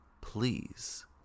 please